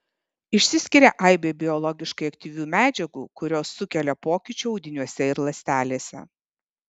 išsiskiria aibė biologiškai aktyvių medžiagų kurios sukelia pokyčių audiniuose ir ląstelėse